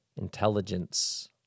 intelligence